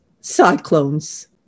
cyclones